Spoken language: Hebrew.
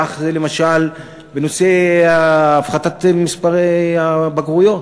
משל בנושא הפחתת מספר הבגרויות.